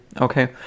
okay